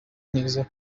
neza